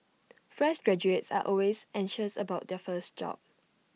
fresh graduates are always anxious about their first job